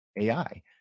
AI